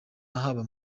haba